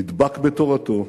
נדבק בתורתו,